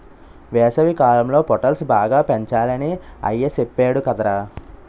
వేసవికాలంలో పొటల్స్ బాగా పెంచాలని అయ్య సెప్పేడు కదరా